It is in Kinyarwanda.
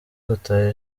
gutaha